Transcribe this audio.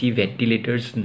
ventilators